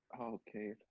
Okay